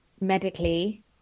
medically